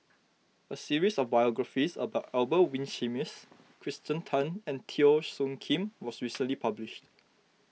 a series of biographies about Albert Winsemius Kirsten Tan and Teo Soon Kim was recently published